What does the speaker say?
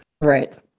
Right